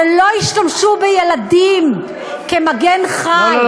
שלא ישתמשו בילדים כמגן חי,